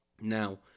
Now